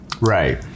Right